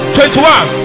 Twenty-one